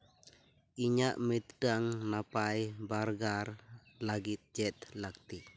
ᱤᱧᱟᱹᱜ ᱢᱤᱫᱴᱟᱱ ᱱᱟᱯᱟᱭ ᱵᱟᱨᱜᱟᱨ ᱞᱟᱹᱜᱤᱫ ᱪᱮᱫ ᱞᱟᱹᱠᱛᱤ